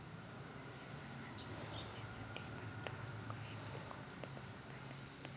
मी सामाजिक योजनेसाठी पात्र आहो का, हे मले कस तपासून पायता येईन?